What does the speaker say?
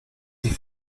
die